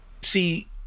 see